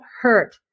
hurt